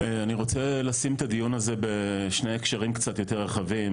אני רוצה לשים את הדיון הזה בשני הקשרים קצת יותר רחבים,